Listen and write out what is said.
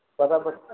બરાબર